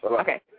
Okay